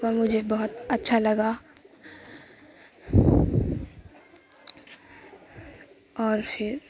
وہ مجھے بہت اچھا لگا اور پھر